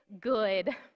good